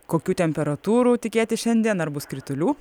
kokių temperatūrų tikėtis šiandien ar bus kritulių